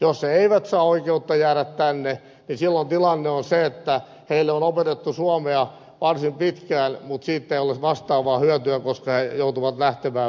jos he eivät saa oikeutta jäädä tänne niin silloin tilanne on se että heille on opetettu suomea varsin pitkään mutta siitä ei ole vastaavaa hyötyä koska he joutuvat lähtemään maasta